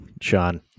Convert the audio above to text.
Sean